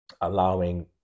allowing